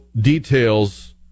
details